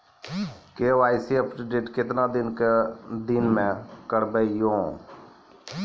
KYC update केतना दिन मे करेबे यो?